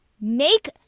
make